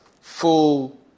full